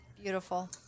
Beautiful